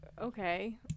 okay